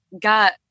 got